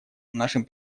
нашим